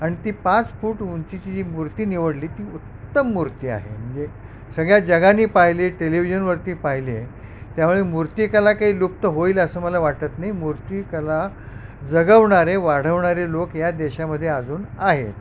आणि ती पाच फूट उंचीची जी मूर्ती निवडली ती उत्तम मूर्ती आहे म्हणजे सगळ्या जगानी पाहिले टेलिव्हिजनवरती पाहिली आहे त्यामुळे मूर्तिकला काही लुप्त होईल असं मला वाटत नाही मूर्तिकला जगवणारे वाढवणारे लोक या देशामध्ये अजून आहेत